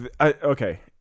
Okay